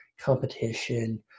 competition